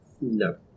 No